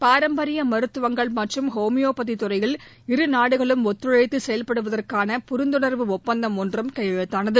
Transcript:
பாரம்பரிய மருத்துவங்கள் மற்றும் ஹோமியோபதி துறையில் இருநாடுகளும் ஒத்துழைத்து செயல்படுவதற்கான புரிந்துணர்வு ஒப்பந்தம் ஒன்றும் கையெழுத்தானது